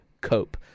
cope